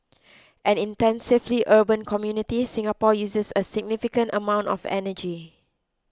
an intensively urban community Singapore uses a significant amount of energy